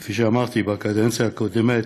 כפי שאמרתי, בקדנציה הקודמת,